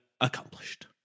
accomplished